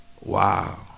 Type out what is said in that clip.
Wow